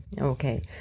Okay